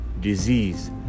disease